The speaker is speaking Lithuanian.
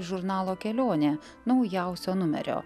žurnalo kelionė naujausio numerio